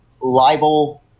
libel